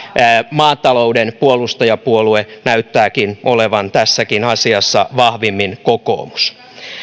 maatalouden puolustajapuolue näyttää olevan tässäkin asiassa vahvimmin kokoomus